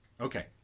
okay